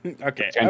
Okay